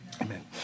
amen